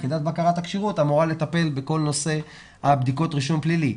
יחידת בקרת הכשירות אמורה לטפל בכל נושא בדיקות הרישום הפלילי.